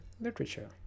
literature